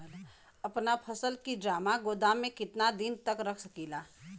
अपना फसल की ड्रामा गोदाम में कितना दिन तक रख सकीला?